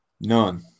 None